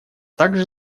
также